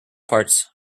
parts